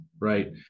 right